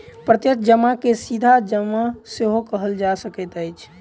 प्रत्यक्ष जमा के सीधा जमा सेहो कहल जा सकैत अछि